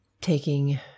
taking